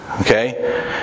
Okay